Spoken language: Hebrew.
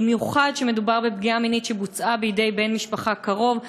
במיוחד כשמדובר בפגיעה מינית שבוצעה בידי בן משפחה קרוב.